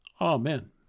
Amen